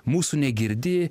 mūsų negirdi